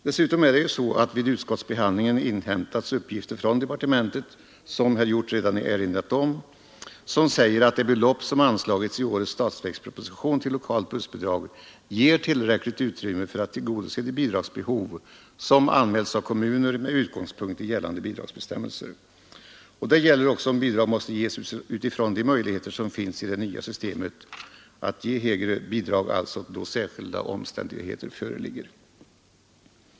Dessutom har vid utskottsbehandlingen inhämtats uppgifter från departementet — som herr Hjorth redan erinrat om — vilka säger att det belopp som anslagits i årets statsverksproposition till lokalt bussbidrag ger tillräckligt utrymme för att tillgodose de bidragsbehov som anmälts av kommuner med utgångspunkt i gällande bidragsbestämmelser. Detta gäller också om bidrag måste lämnas utifrån de möjligheter som finns i det nya systemet att ge högre bidrag då särskilda omständigheter föreligger.